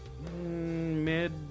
Mid